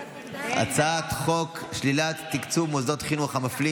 הצעת חוק שלילת תקצוב מוסדות חינוך המפלים